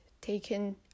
taken